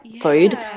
food